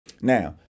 Now